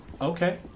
Okay